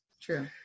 True